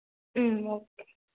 okay